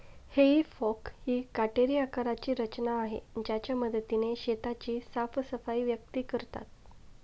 हेई फोक ही काटेरी आकाराची रचना आहे ज्याच्या मदतीने शेताची साफसफाई व्यक्ती करतात